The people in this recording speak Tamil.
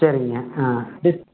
சரிங்க ஆ டிஸ்